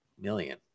Million